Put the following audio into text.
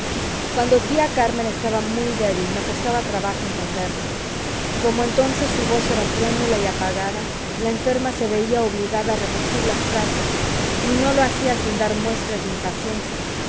cuando tía carmen estaba muy débil me costaba trabajo entenderla como entonces su voz era trémula y apagada la enferma se veía obligada a repetir las frases y no lo hacía sin dar muestras de impaciencia